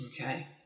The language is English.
Okay